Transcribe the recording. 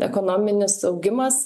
ekonominis augimas